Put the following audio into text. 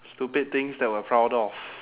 stupid things that we're proud of